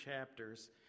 chapters